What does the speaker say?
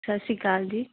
ਸਤਿ ਸ਼੍ਰੀ ਅਕਾਲ ਜੀ